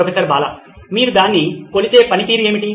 professor Bala మీరు దాన్ని కొలిచే పనితీరు ఏమిటి